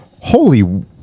Holy